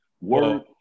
work